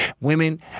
women